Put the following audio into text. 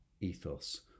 ethos